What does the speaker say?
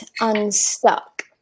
unstuck